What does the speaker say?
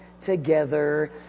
together